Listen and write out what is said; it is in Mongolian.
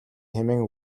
хэмээн